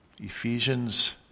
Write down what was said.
Ephesians